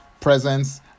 presence